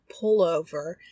pullover